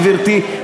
גברתי,